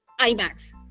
IMAX